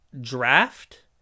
draft